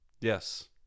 Yes